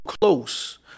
close